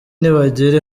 ntibagira